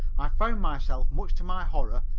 i found myself, much to my horror,